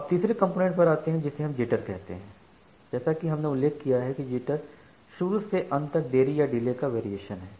अब तीसरे कॉम्पोनेंट पर आते हैं जिसे हम जिटर कहते हैं जैसा कि हमने उल्लेख किया है कि जिटर शुरू से अंत तक देरी या डिले का वेरिएशन है